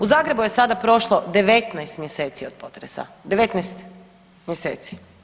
U Zagrebu je sada prošlo 19 mjeseci od potresa, 19 mjeseci.